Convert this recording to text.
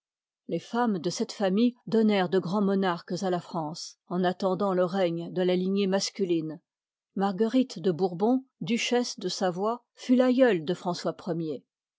les femmes de cette famille donnèrent de grands monarques à la france en attendant le règne de ja lignée masculine marguerite de bourbon duchesse de savoie fut l'aïeule de françois